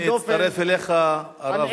הנה, הצטרף אליך הרב, .